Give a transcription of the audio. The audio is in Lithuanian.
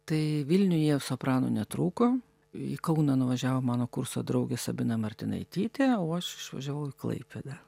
tai vilniuje soprano netrūko į kauną nuvažiavo mano kurso draugė sabina martinaitytė o aš išvažiavau į klaipėdą